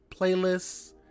playlists